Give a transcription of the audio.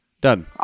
Done